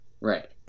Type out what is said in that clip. right